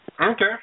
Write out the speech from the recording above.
Okay